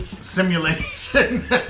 Simulation